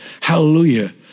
Hallelujah